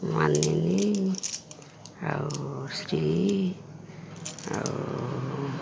ମାନିନୀ ଆଉ ଶ୍ରୀ ଆଉ